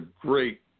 great